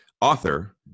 author